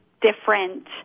different